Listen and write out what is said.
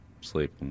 sleep